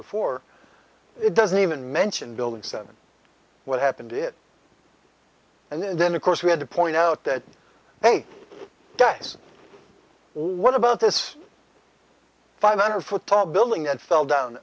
before it doesn't even mention building seven what happened to it and then of course we had to point out that hey guys what about this five hundred foot tall building that fell down